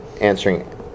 answering